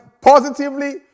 positively